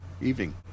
Evening